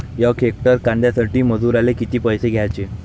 यक हेक्टर कांद्यासाठी मजूराले किती पैसे द्याचे?